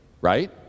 Right